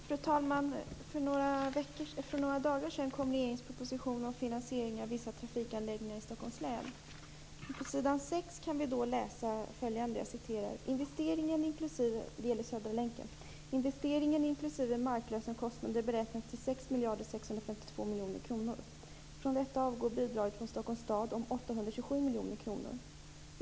Fru talman! För några dagar sedan kom regeringens proposition om finansiering av vissa trafikanläggningar i Stockholms län. På s. 6 kan vi läsa följande om Södra länken: "Investeringen inklusive marklösenkostnader beräknas till 6 652 miljoner kronor. Från detta avgår bidraget från Stockholms stad om 827 miljoner kronor.